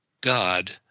God